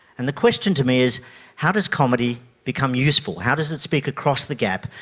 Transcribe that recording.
and the question to me is how does comedy become useful, how does it speak across the gap,